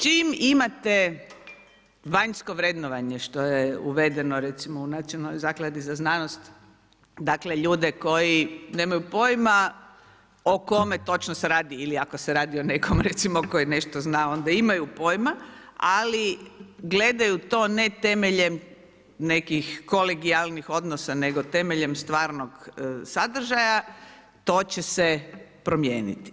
Čim imate vanjsko vrednovanje, što je uvedeno u nacionalnoj zakladi za znanost ljude koji nemaju pojma o kome se točno se radi ili ako se radi o nekom recimo koji nešto zna onda imaju pojma, ali gledaju to ne temeljem nekih kolegijalnih odnosa nego temeljem stvarnog sadržaja, to će se promijeniti.